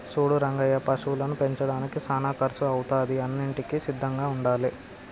సూడు రంగయ్య పశువులను పెంచడానికి సానా కర్సు అవుతాది అన్నింటికీ సిద్ధంగా ఉండాలే